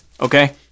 Okay